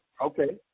Okay